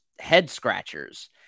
head-scratchers